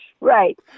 Right